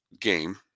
game